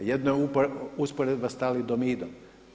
Jedno je usporedba sa talidomidom.